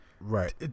Right